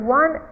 one